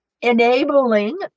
enabling